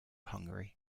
hungary